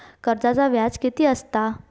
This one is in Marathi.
कर्जाचा व्याज कीती असता?